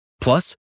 Plus